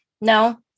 no